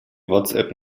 whatsapp